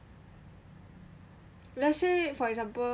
let's say for example